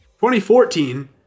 2014